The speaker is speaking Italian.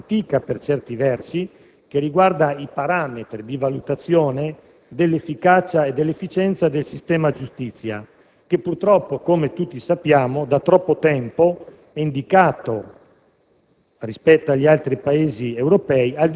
italiano. La questione è antica, per certi versi, e riguarda i parametri di valutazione dell'efficacia e dell'efficienza del sistema giustizia, che purtroppo, come tutti sappiamo, da troppo tempo è indicato,